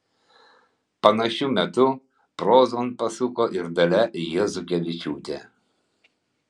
panašiu metu prozon pasuko ir dalia jazukevičiūtė